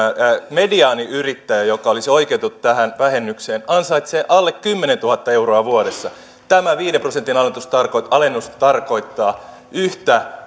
mediaaniyrittäjä joka olisi oikeutettu tähän vähennykseen ansaitsee alle kymmenentuhatta euroa vuodessa tämä viiden prosentin alennus tarkoittaa yhtä